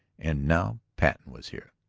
and now patten was here.